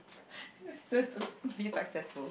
be successful